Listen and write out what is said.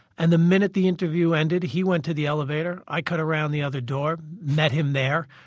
and the minute the interview ended he went to the elevator, i cut around the other door, met him there,